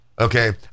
Okay